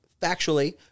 Factually